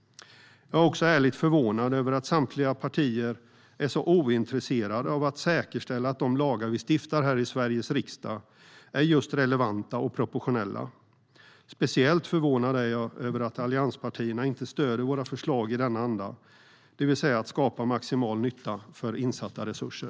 Jag är ärligt förvånad över att samtliga övriga partier är så ointresserade av att säkerställa att de lagar vi stiftar här i Sveriges riksdag är just relevanta och proportionella. Speciellt förvånad är jag över att allianspartierna inte stöder våra förslag i denna anda, det vill säga att skapa maximal nytta för insatta resurser.